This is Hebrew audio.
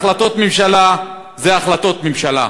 החלטות ממשלה זה החלטות ממשלה,